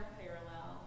parallel